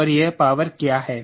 और यह पावर क्या है